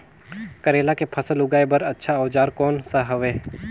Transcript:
करेला के फसल उगाई बार अच्छा औजार कोन सा हवे?